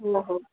हो हो